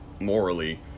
morally